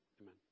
amen